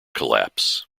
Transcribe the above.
collapse